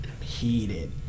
heated